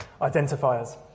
identifiers